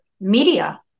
media